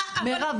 מירב,